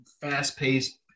fast-paced